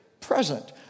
present